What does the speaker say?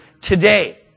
today